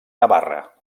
navarra